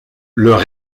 leur